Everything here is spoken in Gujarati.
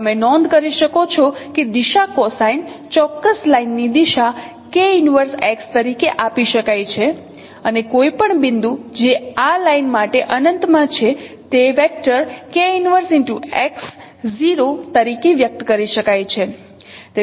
તમે નોંધ કરી શકો છો કે દિશા કોસાઇન ચોક્કસ લાઇનની દિશા તરીકે આપી શકાય છે અને કોઈપણ બિંદુ જે આ લાઇન માટે અનંતમાં છે તે તરીકે વ્યક્ત કરી શકાય છે